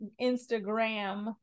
instagram